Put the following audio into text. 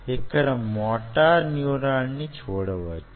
ఇక్కడ మోటార్ న్యూరాన్ని చూడవచ్చు